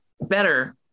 better